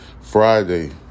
Friday